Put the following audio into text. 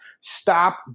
Stop